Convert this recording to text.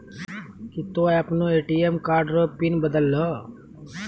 की तोय आपनो ATM card रो पिन बदलहो